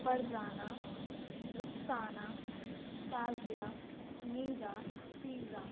Farzana Rukhsana Shazia Nida Fiza